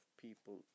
people